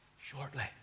Shortly